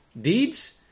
deeds